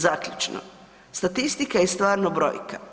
Zaključno, statistika je stvarno brojka.